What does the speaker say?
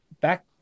back